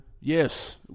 Yes